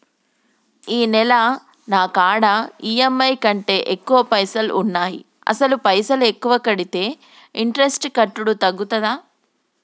ఈ నెల నా కాడా ఈ.ఎమ్.ఐ కంటే ఎక్కువ పైసల్ ఉన్నాయి అసలు పైసల్ ఎక్కువ కడితే ఇంట్రెస్ట్ కట్టుడు తగ్గుతదా?